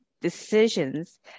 decisions